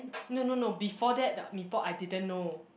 no no no before that the Mee-Pok I didn't know